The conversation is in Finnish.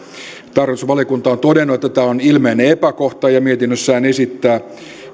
tarkastusvaliokunta on todennut että tämä on ilmeinen epäkohta ja mietinnössään esittää